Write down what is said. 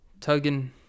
tugging